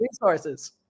resources